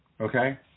Okay